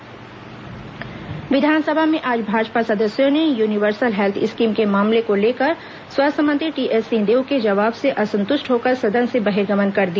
विस बहिर्गमन विधानसभा में आज भाजपा सदस्यों ने यूनिवर्सल हेल्थ स्कीम के मामले को लेकर स्वास्थ्य मंत्री टीएस सिंहदेव के जवाब से असंतृष्ट होकर सदन से बहिर्गमन कर दिया